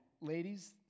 ladies